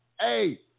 Hey